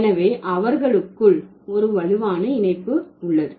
எனவே அவர்களுக்குள் ஒரு வலுவான இணைப்பு உள்ளது